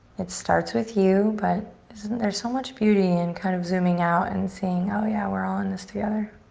it starts with you but isn't there so much beauty in kind of zooming out and seeing oh yeah, we're all in this together.